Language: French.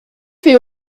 fait